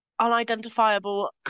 unidentifiable